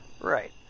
Right